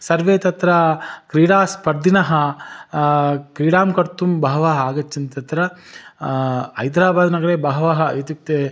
सर्वे तत्र क्रीडा स्पर्धिनः क्रीडां कर्तुं बहवः आगच्छन्ति तत्र हैद्राबादनगरे बहवः इत्युक्ते